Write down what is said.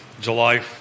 July